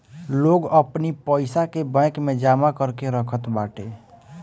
लोग अपनी पईसा के बैंक में जमा करके रखत बाटे